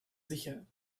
sicher